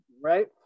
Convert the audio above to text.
right